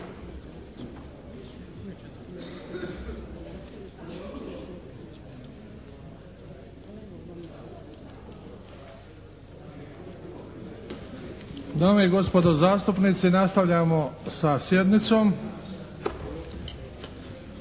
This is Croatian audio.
Dame i gospodo zastupnici, nastavljamo sa sjednicom.